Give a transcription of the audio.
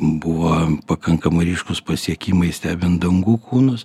buvo pakankamai ryškūs pasiekimai stebint dangų kūnus